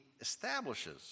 establishes